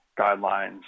guidelines